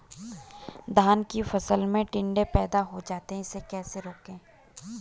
धान की फसल में टिड्डे पैदा हो जाते हैं इसे कैसे रोकें?